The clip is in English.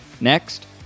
Next